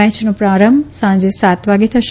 મેચનો પ્રારંભ સાંજે સાત વાગે થશે